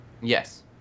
Yes